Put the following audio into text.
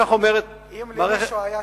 אם למישהו היה ספק,